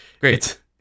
great